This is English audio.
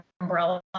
umbrella